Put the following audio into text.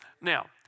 Now